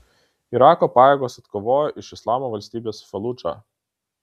irako pajėgos atkovojo iš islamo valstybės faludžą